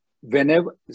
whenever